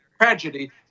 tragedy